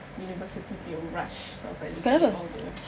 university punya rush so I was like looking at all the